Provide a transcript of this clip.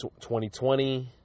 2020